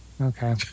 Okay